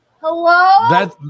hello